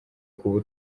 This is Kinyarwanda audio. kuba